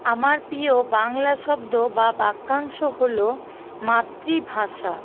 আমার প্রিয় বাংলা শব্দ বা বাক্যাংশ হলো মাতৃভাষা